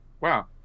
Wow